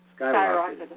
Skyrocketed